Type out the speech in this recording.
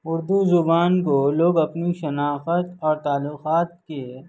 اردو زبان کو لوگ اپنی شناخت اور تعلقات کے